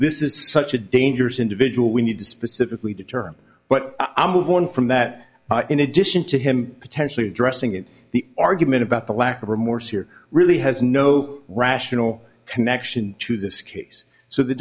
this is such a dangerous individual we need to specifically determine but i move on from that in addition to him potentially addressing it the argument about the lack of remorse here really has no rational connection to this case so the